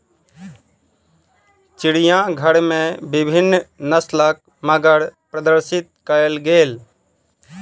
चिड़ियाघर में विभिन्न नस्लक मगर प्रदर्शित कयल गेल